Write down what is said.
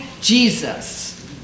Jesus